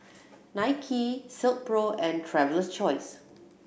Nike Silkpro and Traveler's Choice